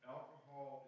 Alcohol